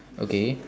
okay